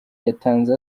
yatanze